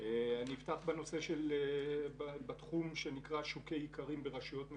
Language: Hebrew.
אני אפתח בתחום שנקרא שוק האיכרים ברשויות מקומיות.